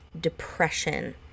depression